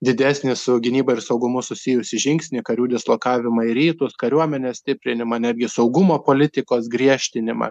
didesnį su gynyba ir saugumu susijusį žingsnį karių dislokavimą į rytus kariuomenės stiprinimą netgi saugumo politikos griežtinimą